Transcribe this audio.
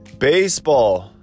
baseball